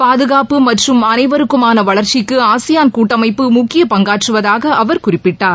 பாதுகாப்பு மற்றும் அனைவருக்குமான வளர்ச்சிக்கு ஆசியான் கூட்டமைப்பு முக்கிய பங்காற்றுவதாக அவர் குறிப்பிட்டார்